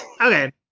Okay